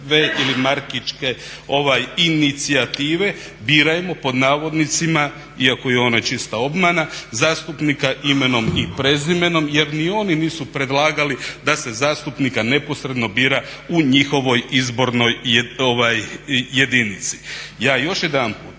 Ja još jedanput